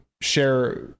share